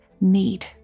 need